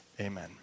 Amen